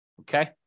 Okay